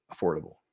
affordable